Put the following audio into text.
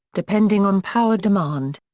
depending on power demand.